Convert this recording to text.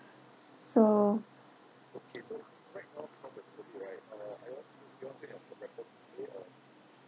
so